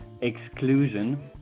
exclusion